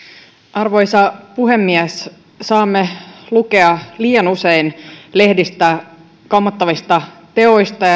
arvoisa puhemies saamme liian usein lukea lehdistä kammottavista teoista